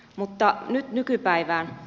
mutta nyt nykypäivään